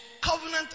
covenant